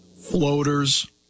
Floaters